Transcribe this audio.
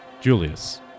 Julius